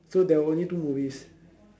so there were only two movies